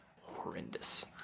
horrendous